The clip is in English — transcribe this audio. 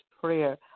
prayer